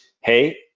hey